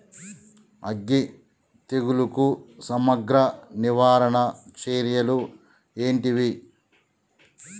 అగ్గి తెగులుకు సమగ్ర నివారణ చర్యలు ఏంటివి?